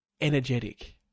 energetic